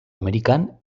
amerikan